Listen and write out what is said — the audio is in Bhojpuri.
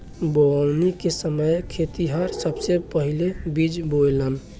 बोवनी के समय खेतिहर सबसे पहिले बिज बोवेलेन